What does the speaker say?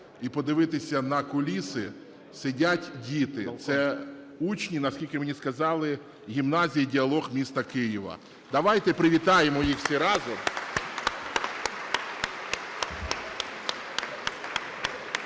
і подивитися на куліси: сидять діти, це учні, наскільки мені сказали, гімназії "Діалог" міста Києва. Давайте привітаємо їх всі разом.